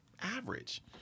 average